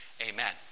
Amen